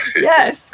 Yes